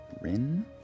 Rin